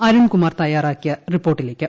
അരുൺകുമാർ തയ്യാറാക്കിയ റിപ്പോർട്ടിലേക്ക്